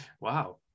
Wow